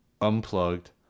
unplugged